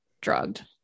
drugged